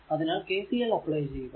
അതിനാൽ KCL apply ചെയ്യുക